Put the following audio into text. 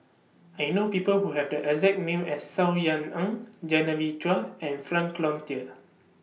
I know People Who Have The exact name as Saw Ean Ang Genevieve Chua and Frank Cloutier